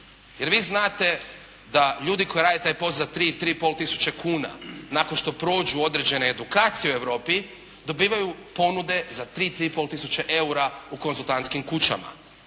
Jer vi znate da ljudi koji rade taj posao za 3, 3,5 tisuće kuna nakon što prođu određene edukacije u Europi dobivaju ponude za 3, 3,5 tisuće eura u konzultantskim kućama.